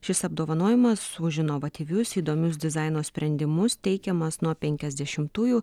šis apdovanojimas už inovatyvius įdomius dizaino sprendimus teikiamas nuo penkiasdešimtųjų